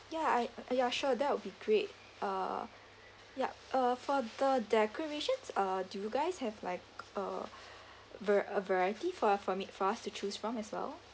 ya I ya sure that will be great uh yup uh for the decorations uh do you guys have like uh var~ a variety for from it for us to choose from as well